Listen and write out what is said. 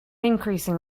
increasing